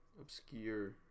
obscure